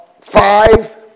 five